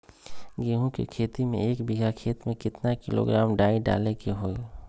गेहूं के खेती में एक बीघा खेत में केतना किलोग्राम डाई डाले के होई?